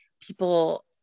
people